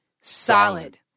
Solid